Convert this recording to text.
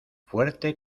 fuerte